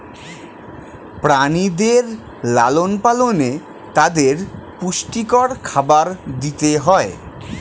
প্রাণীদের লালন পালনে তাদের পুষ্টিকর খাবার দিতে হয়